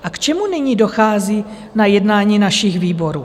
A k čemu nyní dochází na jednání našich výborů?